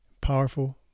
powerful